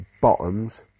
bottoms